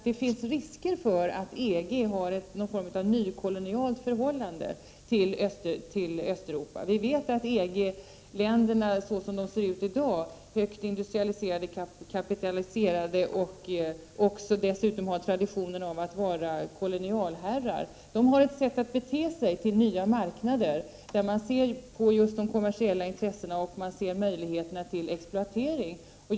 Det finns risk för att EG har någon form av nykolonialt förhållande till Östeuropa. Vi vet att EG-länderna, så som de ser ut i dag — högt industrialiserade, ”kapitaliserade”, och dessutom med traditionen att vara kolonialherrar — har ett sätt att bete sig inför nya marknader som innebär att man ser på de kommersiella intressena och på möjligheterna till exploatering.